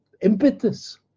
impetus